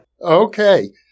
Okay